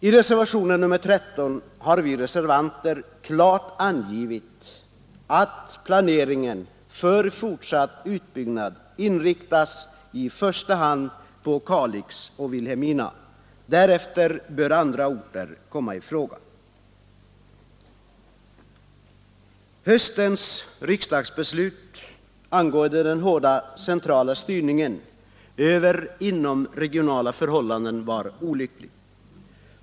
I reservationen 13 har vi reservanter klart angivit att planeringen för fortsatt utbyggnad bör inriktas i första hand på Kalix och Vilhelmina; därefter bör andra orter komma i fråga. Förra höstens riksdagsbeslut angående den hårda centrala styrningen över inomregionala förhållanden var olyckligt.